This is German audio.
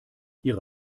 ihre